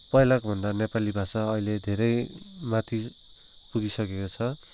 पहिलाको भन्दा नेपाली भाषा अहिले धेरै माथि पुगिसकेको छ